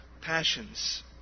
passions